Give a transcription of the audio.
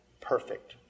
perfect